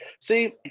see